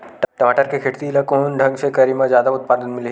टमाटर के खेती ला कोन ढंग से करे म जादा उत्पादन मिलही?